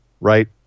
right